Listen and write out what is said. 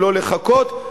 ולא לחכות.